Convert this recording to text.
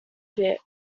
bit